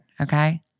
Okay